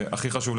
והכי חשוב,